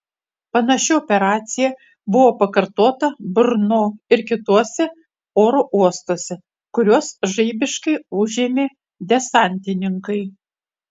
panaši operacija buvo pakartota brno ir kituose oro uostuose kuriuos žaibiškai užėmė desantininkai